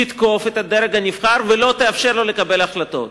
תתקוף את הדרג הנבחר ולא תאפשר לו לקבל החלטות.